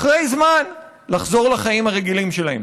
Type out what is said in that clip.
אחרי זמן, לחזור לחיים הרגילים שלהם.